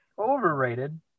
Overrated